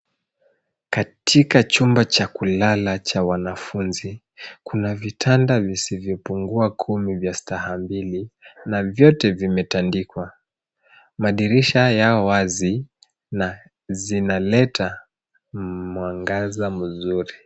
Katika chumba cha kulala cha wanafunzi, kuna vitanda visivyopungua kumi vya staha mbili, na vyote vimetandikwa. Madirisha yao wazi, na zinaleta mwangaza mzuri.